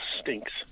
stinks